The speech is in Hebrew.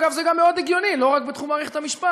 אגב, זה גם מאוד הגיוני לא רק בתחום מערכת המשפט.